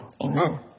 amen